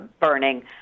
burning